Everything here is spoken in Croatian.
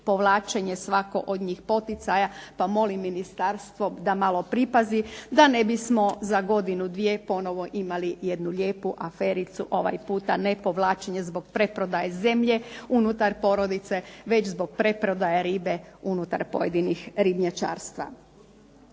povlačenje svako od njih poticaja, pa molim ministarstvo da malo pripazi da ne bismo za godinu, dvije ponovo imali lijepu afericu ovaj puta ne povlačenje zbog preprodaje zemlje unutar porodice, već zbog preprodaja ribe unutar pojedinih ribnjičarstva.